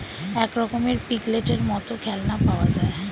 এক রকমের পিগলেটের মত খেলনা পাওয়া যায়